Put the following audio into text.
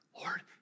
Lord